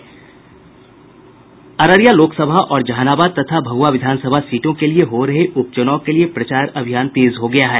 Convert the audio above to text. अररिया लोकसभा और जहानाबाद तथा भभुआ विधान सभा सीटों के लिए हो रहे उप चूनाव के लिए प्रचार अभियान तेज हो गया है